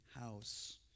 house